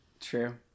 True